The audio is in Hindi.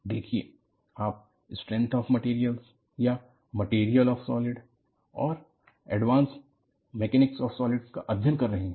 देखिए आप स्ट्रैंथ आफ मैटेरियलया मैकेनिक्स आफ सॉलिड्स या एडवांस मैकेनिक्स आफ सॉलिड्स का अध्ययन कर रहे हैं